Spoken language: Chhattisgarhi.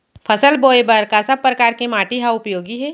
फसल बोए बर का सब परकार के माटी हा उपयोगी हे?